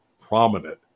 prominent